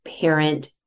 parent